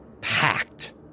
...packed